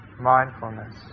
mindfulness